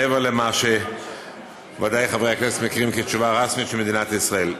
מעבר למה שוודאי חברי הכנסת מכירים כתשובה רשמית של מדינת ישראל.